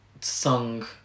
sung